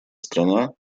страна